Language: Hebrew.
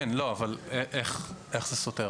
איך זה סותר?